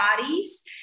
bodies